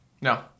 No